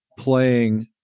playing